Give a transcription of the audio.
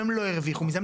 אם הם לא הרוויחו מזה,